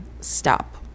stop